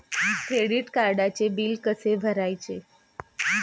Credit कार्डचे bill कसे भरायचे?